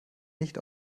nicht